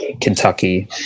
Kentucky